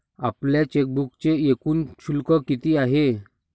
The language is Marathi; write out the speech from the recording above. आपल्या चेकबुकचे एकूण शुल्क किती आहे?